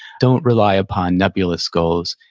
don't rely upon nebulous goals.